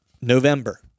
November